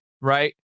right